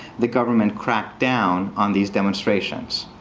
the government cracked down on these demonstrations.